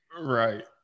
Right